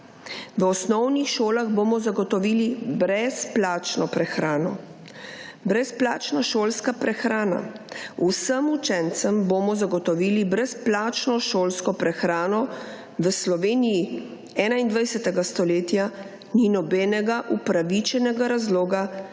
V osnovnih šolah bomo zagotovili brezplačno prehrano. Brezplačno šolska prehrana, vsem učencem bomo zagotovili brezplačno šolsko prehrano v Sloveniji 21. stoletja ni nobenega upravičenega razloga,